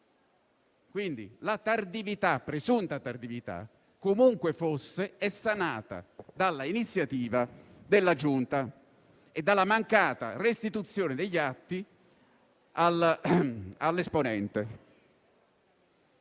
Quindi la tardività presunta, comunque fosse, è sanata dalla iniziativa della Giunta e dalla mancata restituzione degli atti all'esponente.